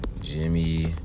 Jimmy